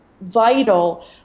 vital